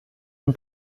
dem